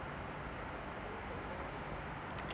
பா:paa